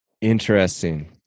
Interesting